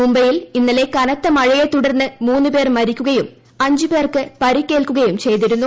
മുംബൈയിൽ ഇന്നലെ കനത്ത മഴയെ തുടർന്ന് മൂന്ന് പേർ മരിക്കുകയും അഞ്ച് പേർക്ക് പരിക്കേൽക്കുകയും ചെയ്തിരുന്നു